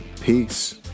Peace